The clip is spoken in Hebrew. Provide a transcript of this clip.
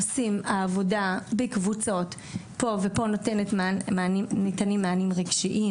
עושים עבודה בקבוצות ופה ניתנים מענים רגשיים